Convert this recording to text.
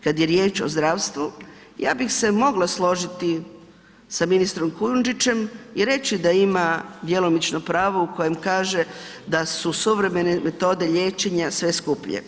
Kad je riječ o zdravstvu, ja bih se mogla složiti sa ministrom Kujundžićem i reći da ima djelomično pravo u kojem kaže da su suvremene metode liječenja sve skuplje.